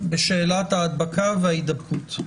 בשאלת ההדבקה וההידבקות?